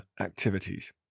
activities